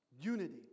Unity